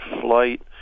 flight